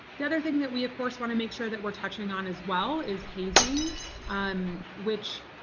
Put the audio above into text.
the other thing that we of course want to make sure that we're touching on as well is hazing um which,